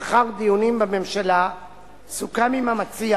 לאחר דיונים בממשלה סוכם עם המציע